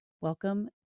Welcome